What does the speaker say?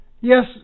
Yes